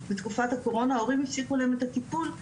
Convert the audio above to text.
בתקופת הקורונה ההורים הפסיקו להם את הטיפול,